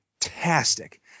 fantastic